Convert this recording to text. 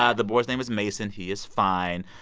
ah the boy's name is mason. he is fine.